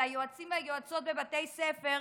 ליועצים וליועצות בבתי הספר,